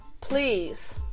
Please